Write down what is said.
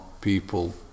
people